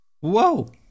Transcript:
Whoa